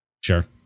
Sure